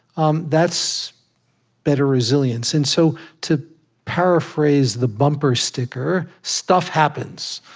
um that's better resilience. and so to paraphrase the bumper sticker, stuff happens.